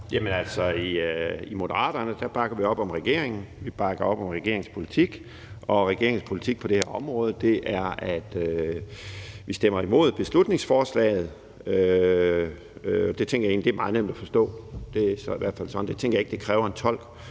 Jamen altså i Moderaterne bakker vi op om regeringen, og vi bakker op om regeringens politik, og regeringens politik på det her område er, at vi stemmer imod beslutningsforslaget. Det tænker jeg egentlig er meget nemt at forstå. Jeg tænker ikke, det kræver en tolk